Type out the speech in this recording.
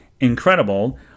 incredible